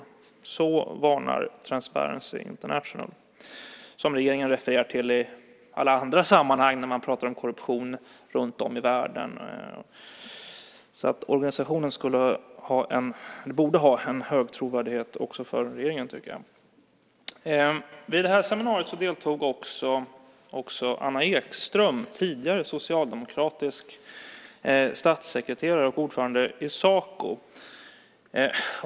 Detta varnar Transparency International för, som regeringen refererar till i alla andra sammanhang när man pratar om korruption runtom i världen. Organisationen borde alltså ha en hög trovärdighet också för regeringen, tycker jag. Vid seminariet deltog också Anna Ekström, tidigare socialdemokratisk statssekreterare och ordförande i Saco.